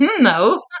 No